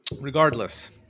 Regardless